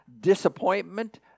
disappointment